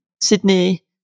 Sydney